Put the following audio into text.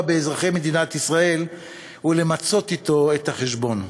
באזרחי מדינת ישראל ולמצות אתו את החשבון.